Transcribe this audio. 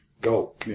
go